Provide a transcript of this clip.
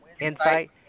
insight